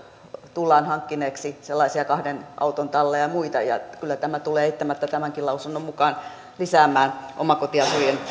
tullaan hankkineeksi sellaisia kahden auton talleja ja muita niin kyllä tämä tulee eittämättä tämänkin lausunnon mukaan lisäämään omakotiasujien